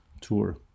tour